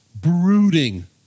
brooding